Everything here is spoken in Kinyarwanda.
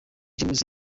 james